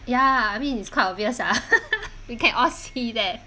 ya I mean it's quite obvious ah we can all see that